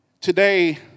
today